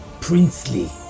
princely